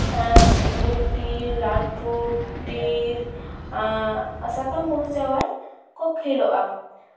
ᱜᱩᱴᱤ ᱞᱟᱹᱴᱷᱩᱨ ᱴᱤᱨ ᱥᱟᱠᱟᱢ ᱵᱟᱹᱦᱩ ᱡᱟᱶᱟᱭ ᱠᱚ ᱠᱷᱮᱞᱚᱜᱼᱟ